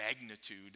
magnitude